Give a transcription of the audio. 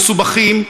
המסובכים,